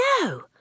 No